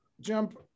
jump